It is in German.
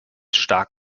stark